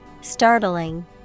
Startling